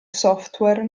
software